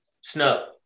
snow